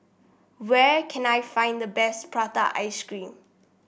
where can I find the best Prata Ice Cream